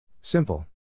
Simple